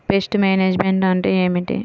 Pest management అంటే ఏమిటి?